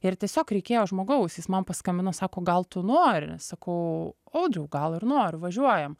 ir tiesiog reikėjo žmogaus jis man paskambino sako gal tu nori sakau audriau gal ir noriu važiuojam